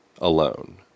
alone